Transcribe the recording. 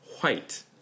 white